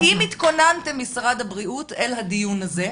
האם התכוננתם, משרד הבריאות, לדיון הזה?